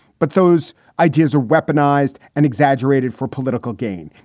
but those ideas are weaponized and exaggerated for political gain.